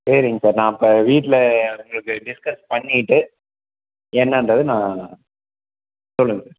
சரிங்க சார் நான் அப்போ வீட்டில் உங்களுக்கு டிஸ்க்ஸ் பண்ணிவிட்டு என்னாகிறத நான் சொல்லுங்க சார்